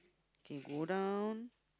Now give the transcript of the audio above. okay go down